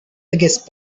biggest